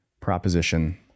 Proposition